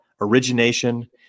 Origination